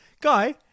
Guy